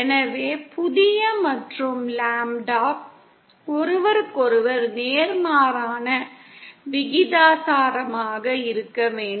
எனவே புதிய மற்றும் லாம்ப்டா ஒருவருக்கொருவர் நேர்மாறான விகிதாசாரமாக இருக்க வேண்டும்